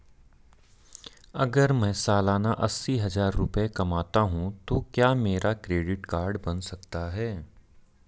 अगर मैं सालाना अस्सी हज़ार रुपये कमाता हूं तो क्या मेरा क्रेडिट कार्ड बन सकता है?